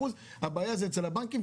170 לגמל